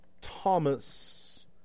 Thomas